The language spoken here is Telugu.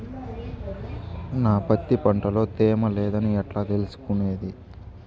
నా పత్తి పంట లో తేమ లేదని ఎట్లా తెలుసుకునేది?